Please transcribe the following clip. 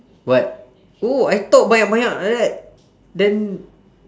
what oh I talk banyak banyak like that then